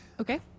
okay